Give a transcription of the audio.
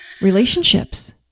relationships